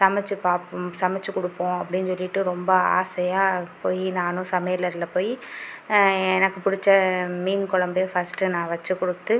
சமைச்சு பார்ப்போம் சமைச்சு கொடுப்போம் அப்படினு சொல்லிவிட்டு ரொம்ப ஆசையாக போய் நானும் சமையல் அறையில் போய் எனக்கு பிடிச்ச மீன் கொழம்பு ஃபஸ்ட் நான் வச்சு கொடுத்து